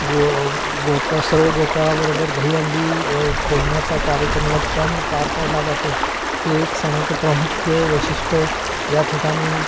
गो गोप सर्व गोपाळांबरोबर दहीहंडी फोडण्याचा कार्यक्रम या ठिकाणी पार पडला जातो हे एक सणाचं प्रमुख्य वैशिष्ट या ठिकाणी